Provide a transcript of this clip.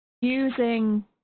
using